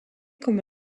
comme